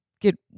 get